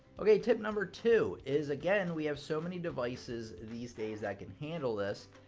okay, tip number two is again, we have so many devices these days that can handle this,